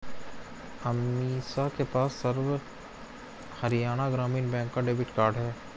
अमीषा के पास सर्व हरियाणा ग्रामीण बैंक का डेबिट कार्ड है